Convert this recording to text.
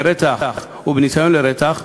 ברצח או בניסיון לרצח.